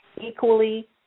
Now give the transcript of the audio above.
equally